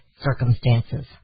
circumstances